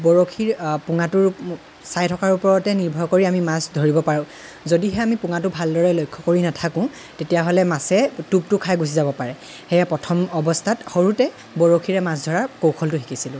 আৰু বৰশীৰ পোঙাটো চাই থকাৰ ওপৰতে নিৰ্ভৰ কৰি আমি মাছ ধৰিব পাৰোঁ যদিহে আমি পোঙাটো ভালদৰে লক্ষ্য কৰি নাথাকোঁ তেতিয়াহ'লে মাছে টোপটো খাই গুচি যাব পাৰে সেয়ে প্ৰথম অৱস্থাত সৰুতে বৰশীৰে মাছ ধৰাৰ কৌশলটো শিকিছিলোঁ